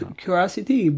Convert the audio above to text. curiosity